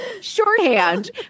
shorthand